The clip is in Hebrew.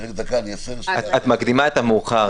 את מקדימה את המאוחר.